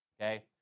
okay